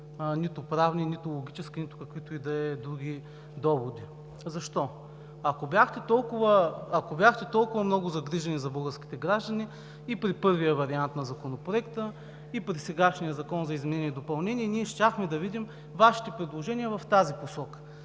нито правни, нито логически, нито каквито и да е други доводи. Защо? Ако бяхте загрижени толкова много за българските граждани – и при първия вариант на Законопроекта, и при сегашния Закон за изменение и допълнение, ние щяхме да видим Вашите предложения в тази посока.